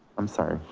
i'm sorry.